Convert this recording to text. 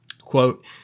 Quote